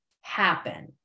happen